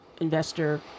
investor